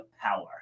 power